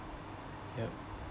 yup